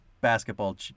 basketball